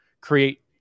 create